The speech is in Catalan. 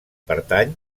pertany